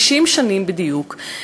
60 שנים בדיוק,